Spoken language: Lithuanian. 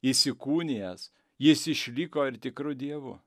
įsikūnijęs jis išliko ir tikru dievu